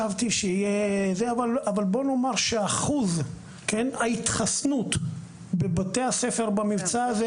בוא נאמר שאחוז ההתחסנות בבתי הספר במבצע הזה